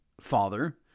Father